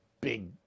big